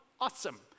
awesome